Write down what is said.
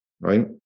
right